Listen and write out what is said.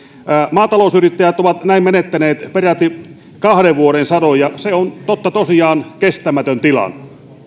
maatalousyrittäjät ovat näin menettäneet peräti kahden vuoden sadon ja se on totta tosiaan kestämätön tilanne